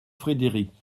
frédéric